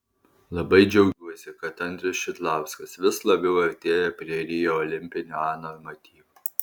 labai džiaugiuosi kad andrius šidlauskas vis labiau artėja prie rio olimpinio a normatyvo